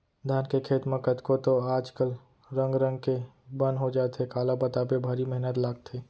धान के खेत म कतको तो आज कल रंग रंग के बन हो जाथे काला बताबे भारी मेहनत लागथे